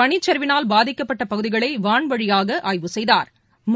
பனிச்சிவினால் பாதிக்கப்பட்டபகுதிகளைவான்வழியாகஆய்வு செய்தாா்